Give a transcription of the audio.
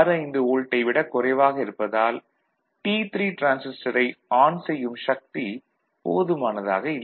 65 வோல்ட்டை விட குறைவாக இருப்பதால் T3 டிரான்சிஸ்டரை ஆன் செய்யும் சக்தி போதுமானதாக இல்லை